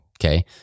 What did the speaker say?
Okay